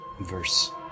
Verse